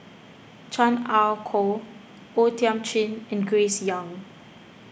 Chan Ah Kow O Thiam Chin and Grace Young